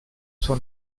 suo